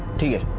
do you